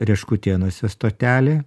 reškutėnuose stotelė